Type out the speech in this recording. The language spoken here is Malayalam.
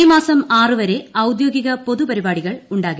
ഈ മാസം ആറു വരെ ഔദ്യോഗിക പൊതുപരിപാടികൾ ഉണ്ടാകില്ല